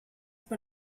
per